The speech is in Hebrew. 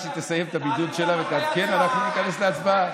מתי ההצבעה?